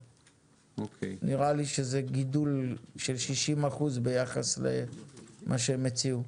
נראה לי שזה גידול של 60% ביחס למה שהם הציעו.